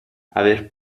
aver